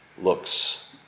looks